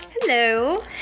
Hello